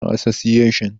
association